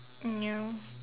mm ya